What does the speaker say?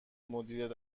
مدیریت